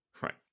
Right